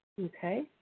Okay